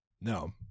No